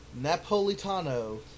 Napolitano